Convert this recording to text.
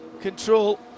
control